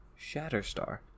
Shatterstar